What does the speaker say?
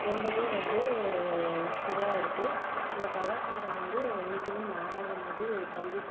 ரொம்பவே வந்து இதாக இருக்குது இந்த கலாச்சாரம் வந்து என்றைக்குமே மாறாத மாதிரி ஒரு கல்வி